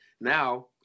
now